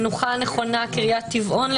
מנוחה נכונה - קריית טבעון,